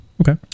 Okay